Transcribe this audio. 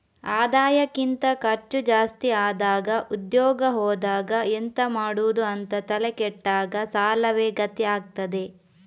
ಆದಾಯಕ್ಕಿಂತ ಖರ್ಚು ಜಾಸ್ತಿ ಆದಾಗ ಉದ್ಯೋಗ ಹೋದಾಗ ಎಂತ ಮಾಡುದು ಅಂತ ತಲೆ ಕೆಟ್ಟಾಗ ಸಾಲವೇ ಗತಿ ಆಗ್ತದೆ